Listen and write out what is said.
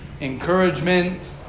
encouragement